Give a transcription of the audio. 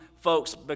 folks